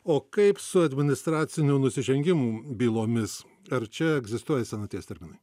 o kaip su administracinių nusižengimų bylomis ar čia egzistuoja senaties terminai